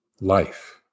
life